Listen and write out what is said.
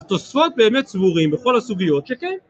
התוספות באמת סבורים בכל הסוגיות שכן